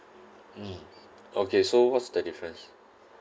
mm okay so what's the difference